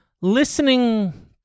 listening